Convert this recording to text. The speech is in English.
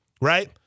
right